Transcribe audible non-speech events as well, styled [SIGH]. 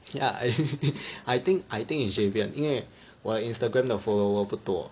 ya [LAUGHS] I think I think is Javien 因为我 Instagram 的 follower 不多